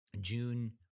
June